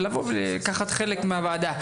לבוא ולקחת חלק חינוך בוועדה.